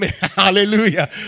Hallelujah